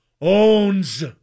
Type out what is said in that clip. Owns